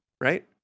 Right